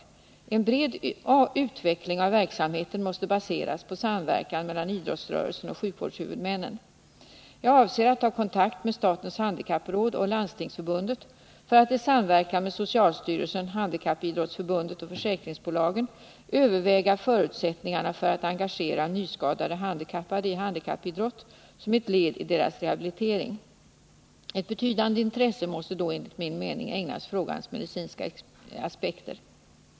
En bred utveckling av verksamheten måste baseras på samverkan mellan idrottsrörelsen och sjukvårdshuvudmännen. Jag avser att ta kontakt med statens handikappråd och Landstingsförbundet för att i samverkan med socialstyrelsen, Handikappidrottsförbundet och försäkringsbolagen överväga förutsättningarna för att engagera nyskadade handikappade i handikappidrott som ett led i deras rehabilitering. Ett betydande intresse måste då enligt min mening ägnas frågans medicinska aspekter.